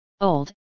old